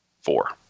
four